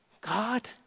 God